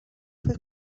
foi